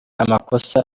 amakosa